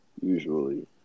usually